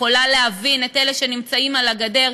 יכולה להבין את אלה שנמצאים על הגדר,